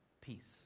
peace